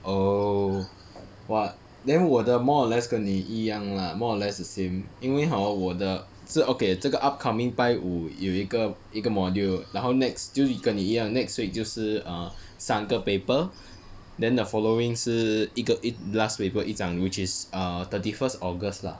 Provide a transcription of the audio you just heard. oh !wah! then 我的 more or less 跟你一样 lah more or less the same 因为 hor 我的是 okay 这个 upcoming 拜五有一个一个 module 然后 next 就跟你一样 next week 就是三个 paper then the following 是一个一 last paper 一张 which is err thirty first august lah